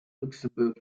luxembourg